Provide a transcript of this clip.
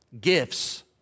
Gifts